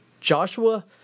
Joshua